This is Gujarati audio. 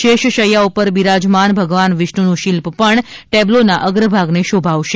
શેષ શૈયા પર બિરાજમાન ભગવાન વિષ્ણનું શિલ્પ પણ ટેબ્લોના અગ્રભાગને શોભાવશે